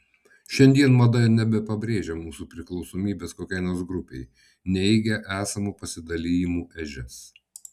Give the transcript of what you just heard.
šiandien mada nebepabrėžia mūsų priklausomybės kokiai nors grupei neigia esamų pasidalijimų ežias